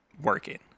working